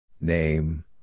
Name